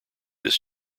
this